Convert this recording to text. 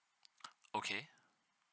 okay